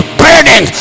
burning